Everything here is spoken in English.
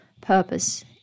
purpose